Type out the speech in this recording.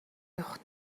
явахад